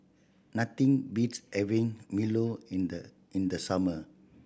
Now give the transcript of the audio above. nothing beats having milo in the in the summer